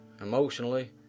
emotionally